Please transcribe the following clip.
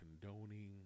condoning